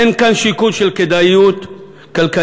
אין כאן שיקול של כדאיות כלכלית.